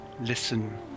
Listen